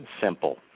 simple